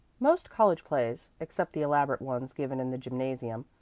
most college plays, except the elaborate ones given in the gymnasium,